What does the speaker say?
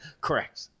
Correct